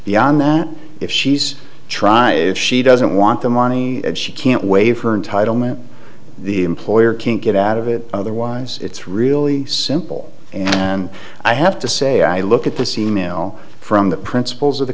the on that if she's try if she doesn't want the money and she can't waive her entitlement the employer can't get out of it otherwise it's really simple and i have to say i look at this e mail from the principals of the